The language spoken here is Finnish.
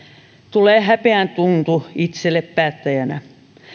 tulee häpeän tuntu itselle päättäjänä